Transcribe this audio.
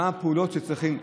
מה הפעולות שצריכים.